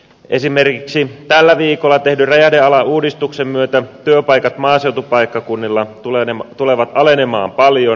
esimerkiksi tällä viikolla tehdyn räjähdealauudistuksen myötä työpaikat maaseutupaikkakunnilla tulevat alenemaan paljon